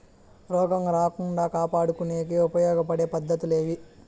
రోగం రాకుండా కాపాడుకునేకి ఉపయోగపడే పద్ధతులు ఏవి?